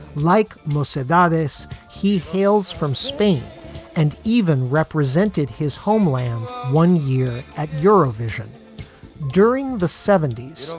like most said dardis, he hails from spain and even represented his homeland one year at eurovision during the seventy so